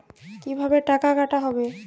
কিভাবে টাকা কাটা হবে?